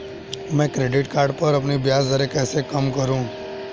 मैं credit card पर अपनी ब्याज दरें कैसे कम करूँ?